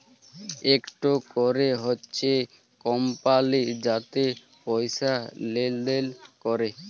ইকট ক্যরে হছে কমপালি যাতে পয়সা লেলদেল ক্যরে